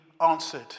answered